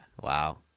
Wow